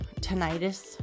tinnitus